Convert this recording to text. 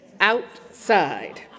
Outside